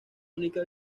única